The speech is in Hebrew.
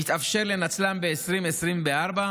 יתאפשר לנצלם ב-2024,